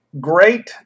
Great